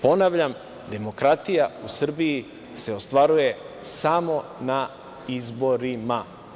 Ponavljam, demokratija u Srbiji se ostvaruje samo na izborima.